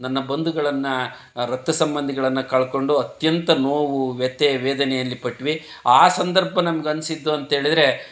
ನನ್ನ ಬಂಧುಗಳನ್ನು ರಕ್ತ ಸಂಬಂಧಿಗಳನ್ನು ಕಳ್ಕೊಂಡು ಅತ್ಯಂತ ನೋವು ವ್ಯಥೆ ವೇದನೆಯಲ್ಲಿ ಪಟ್ಟು ಆ ಸಂದರ್ಭ ನಮ್ಗೆ ಅನ್ನಿಸಿದ್ದು ಅಂತೇಳಿದ್ರೆ